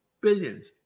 billions